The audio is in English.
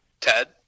Ted